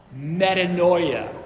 metanoia